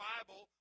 Bible